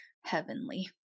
heavenly